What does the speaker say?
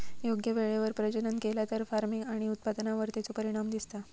योग्य वेळेवर प्रजनन केला तर फार्मिग आणि उत्पादनावर तेचो परिणाम दिसता